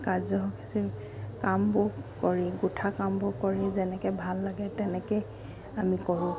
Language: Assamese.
কাৰ্যসূচী কামবোৰ কৰি গোঠা কামবোৰ কৰি যেনেকৈ ভাল লাগে তেনেকেই আমি কৰোঁ